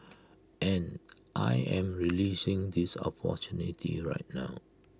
and I am relishing this opportunity right now